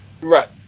Right